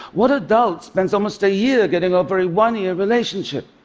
what adult spends almost a year getting over a one-year relationship?